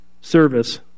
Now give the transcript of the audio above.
service